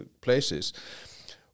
places